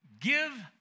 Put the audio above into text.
Give